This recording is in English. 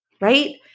right